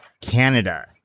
Canada